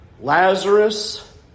Lazarus